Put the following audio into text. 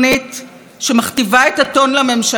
ככה נראים דמדומים של דמוקרטיה.